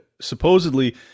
supposedly